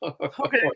Okay